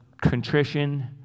contrition